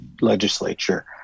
legislature